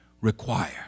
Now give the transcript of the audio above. require